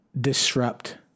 disrupt